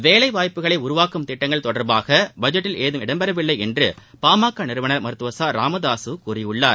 வேலை வாய்ப்புகளை உருவாக்கும் திட்டங்கள் தொடர்பாக பட்ஜெட்டில் ஏதும் இடம்பெறவில்லை என்று பாமக நிறுவனர் மருத்துவர் ச ராமதாசு கூறியுள்ளார்